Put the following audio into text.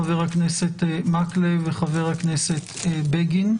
חבר הכנסת מקלב וחבר הכנסת בגין.